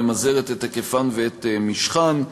ממזערת את היקפן ואת משכן.